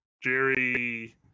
Jerry